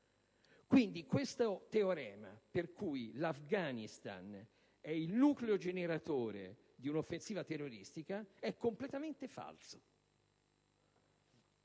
Quindi, il teorema per cui l'Afghanistan è il nucleo generatore di una offensiva terroristica è completamente falso.